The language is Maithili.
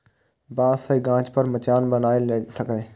बांस सं गाछ पर मचान बनाएल जा सकैए